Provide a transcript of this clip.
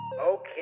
Okay